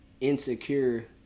insecure